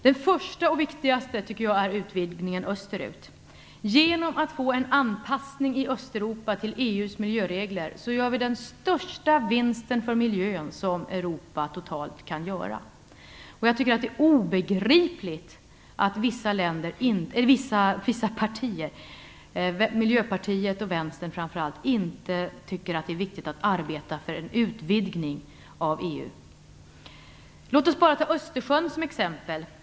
Den första och viktigaste tycker jag är utvidgningen österut. Kan vi få till stånd en anpassning till EU:s miljöregler i Östeuropa gör vi den största vinst för miljön som Europa totalt kan göra. Jag tycker att det är obegripligt att vissa partier - Miljöpartiet och Vänstern framför allt - inte tycker att det är viktigt att arbeta för en utvidgning av EU. Låt oss bara ta Östersjön som exempel.